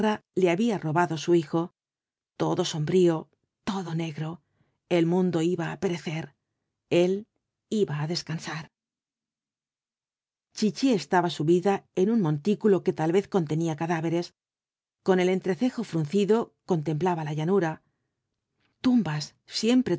le había robado su hijo todo sombrío todo negro el mundo iba á perecer el iba á descansar chichi estaba subida en un montículo que tal vez contenía cadáveres con el entrecejo fruncido contemplaba la llanura tumbas siempre